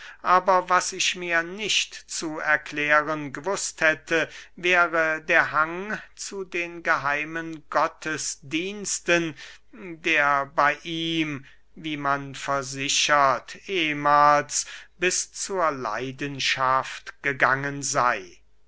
aber was ich mir nicht zu erklären gewußt hätte wäre der hang zu den geheimen gottesdiensten der bey ihm wie man mir versichert ehmahls bis zur leidenschaft gegangen sey